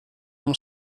non